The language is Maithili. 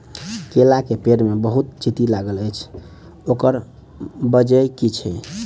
केला केँ पेड़ मे बहुत चींटी लागल अछि, ओकर बजय की छै?